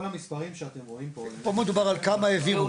כל המספרים שאתם רואים פה --- פה מדובר על כמה הביאו.